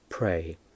Pray